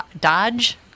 Dodge